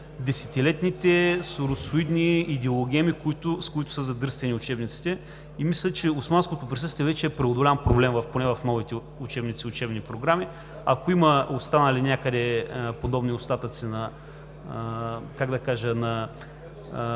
десетилетните соросоидни идеологеми, с които са задръстени учебниците. Мисля, че османското присъствие вече е преодолян проблем, поне в новите учебници и учебни програми, а ако има останали някъде подобни остатъци на догми, които